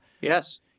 Yes